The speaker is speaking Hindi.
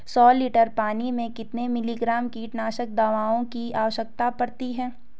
सौ लीटर पानी में कितने मिलीग्राम कीटनाशक दवाओं की आवश्यकता पड़ती है?